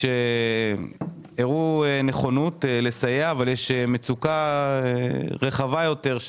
שכשהם רוצים לתמרץ כלכלית רוקחים מהצפון לדרום הם נתקלים